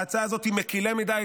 ההצעה הזאת היא מקילה מדי,